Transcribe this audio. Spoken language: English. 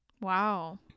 wow